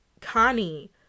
Connie